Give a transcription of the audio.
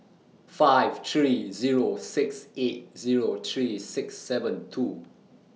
five three Zero six eight Zero three six seven two